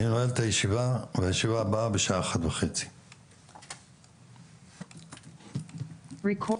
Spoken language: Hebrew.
הישיבה הבאה בשעה 13:30. הישיבה